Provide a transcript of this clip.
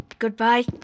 Goodbye